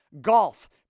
golf